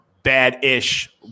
Bad-ish